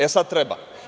E, sad treba.